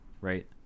right